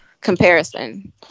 comparison